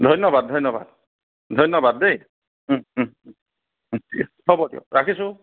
ধন্যবাদ ধন্যবাদ ধন্যবাদ দেই হ'ব দিয়ক ৰাখিছোঁ